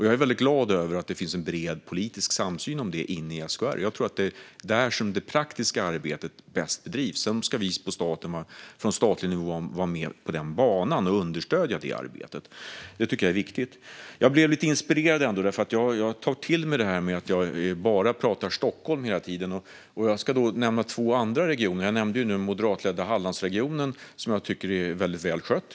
Jag är väldigt glad över att det finns en bred politisk samsyn om detta inom SKR. Jag tror att det är där det praktiska arbetet bäst bedrivs. Sedan ska vi från den statliga nivån vara med på banan och understödja arbetet. Detta tycker jag är viktigt. Jag blev lite inspirerad. Jag tar till mig det där om att jag bara pratar om Stockholm hela tiden, så jag ska nämna två andra regioner. Jag har nämnt den moderatledda Hallandsregionen, som jag tycker är väl skött.